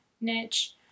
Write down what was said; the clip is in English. niche